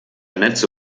netze